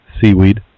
seaweed